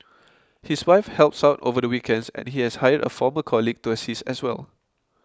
his wife helps out over the weekends and he has hired a former colleague to assist as well